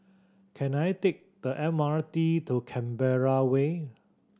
can I take the M R T to Canberra Way